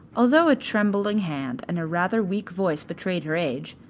although a trembling hand and a rather weak voice betrayed her age,